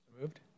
Moved